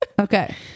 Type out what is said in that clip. Okay